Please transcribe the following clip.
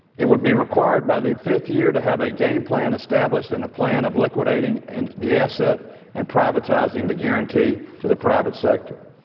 it would be required by the fifth year to have a game plan established and a plan of liquidating and the asset and privatizing the guarantee to the private sector.